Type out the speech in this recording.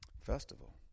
festival